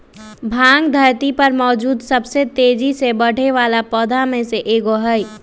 भांग धरती पर मौजूद सबसे तेजी से बढ़ेवाला पौधा में से एगो हई